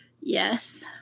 yes